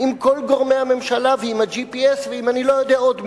עם כל גורמי הממשלה ועם ה-GPS ועם אני-לא-יודע עוד מי,